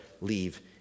leave